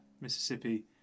mississippi